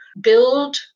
build